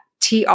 TR